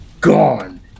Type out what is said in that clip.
gone